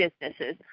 businesses